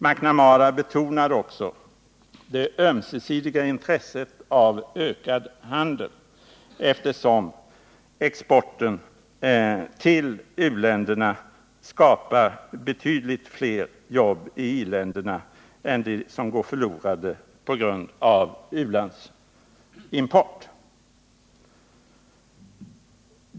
McNamara betonade också det ömsesidiga intresset av ökad handel, eftersom exporten till u-länderna skapar betydligt fler jobb i i-länderna än de som går förlorade på grund av u-landsimport.